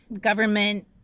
government